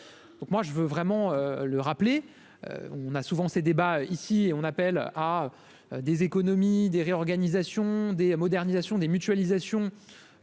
donc moi je veux vraiment le rappeler, on a souvent ces débats ici on appelle à des économies des réorganisations des modernisations, des mutualisations